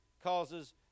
causes